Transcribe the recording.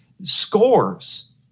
scores